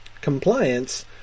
compliance